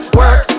work